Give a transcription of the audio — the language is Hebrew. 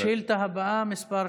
השאילתה הבאה, מס'